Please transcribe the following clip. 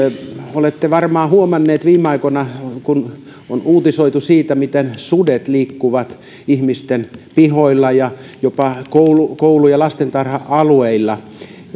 olette varmaan huomanneet viime aikoina kun on uutisoitu siitä miten sudet liikkuvat ihmisten pihoilla ja jopa koulu koulu ja lastentarha alueilla